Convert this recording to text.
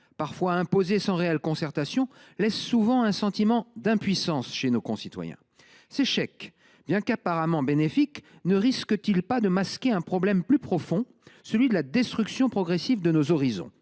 parfois imposées sans réelle concertation, donne souvent un sentiment d’impuissance à nos concitoyens. Ces chèques, bien qu’ils soient apparemment bénéfiques, ne risquent ils pas de masquer un problème plus grave : la destruction progressive de nos horizons ?